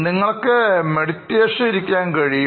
ധ്യാനത്തിൽ ഇരിക്കുവാൻ കഴിയും